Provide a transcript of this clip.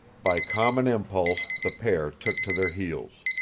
by common impulse the pair took to their heels.